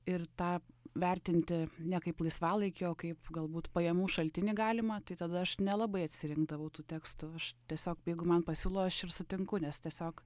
ir tą vertinti ne kaip laisvalaikio o kaip galbūt pajamų šaltinį galimą tai tada aš nelabai atsirinkdavau tų tekstų aš tiesiog jeigu man pasiūlo aš ir sutinku nes tiesiog